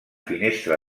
finestra